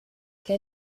que